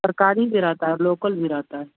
सरकारी भी रहता है और लोकल भी रहता है